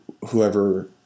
whoever